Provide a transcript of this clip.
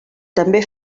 també